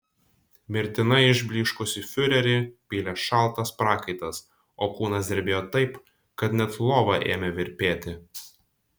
mirtinai išblyškusį fiurerį pylė šaltas prakaitas o kūnas drebėjo taip kad net lova ėmė virpėti